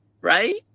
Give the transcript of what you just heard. right